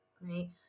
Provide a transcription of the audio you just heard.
right